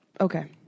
Okay